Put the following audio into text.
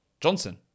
Johnson